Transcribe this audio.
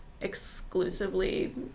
exclusively